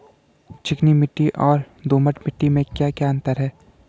चिकनी मिट्टी और दोमट मिट्टी में क्या क्या अंतर है?